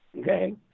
okay